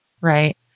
Right